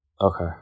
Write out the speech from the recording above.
Okay